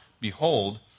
behold